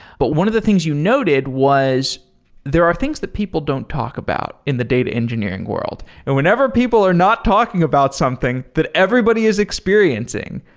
but one of the things you noted was there are things that people don't talk about in the data engineering world. and whenever people are not talking about something that everybody is experiencing,